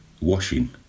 washing